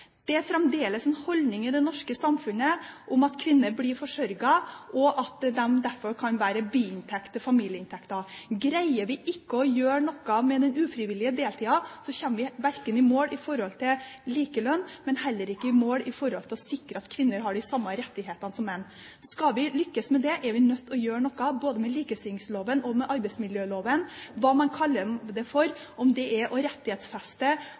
er fremdeles en holdning i det norske samfunnet at kvinner blir forsørget, og at deres inntekt derfor kan være en biinntekt til familieinntekten. Greier vi ikke å gjøre noe med den ufrivillige deltida, kommer vi ikke i mål i forhold til likelønn eller i forhold til å sikre at kvinner har de samme rettighetene som menn. Skal vi lykkes med det, er vi nødt til å gjøre noe både med likestillingsloven og med arbeidsmiljøloven. Hva man kaller det for, om det er å rettighetsfeste,